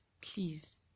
Please